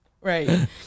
right